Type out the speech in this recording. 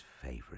favorite